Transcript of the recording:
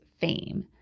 fame